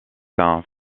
saint